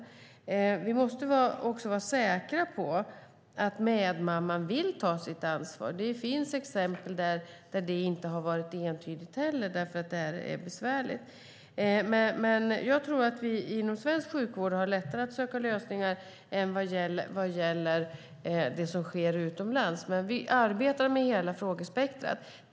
Dessutom måste vi vara säkra på att medmamman vill ta sitt ansvar. Det finns exempel på att det inte varit entydigt eftersom frågan är besvärlig. Jag tror att vi inom svensk sjukvård har lättare att söka lösningar än vad fallet är utomlands. Vi arbetar med hela frågespektrumet.